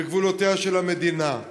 וגבולותיה של המדינה.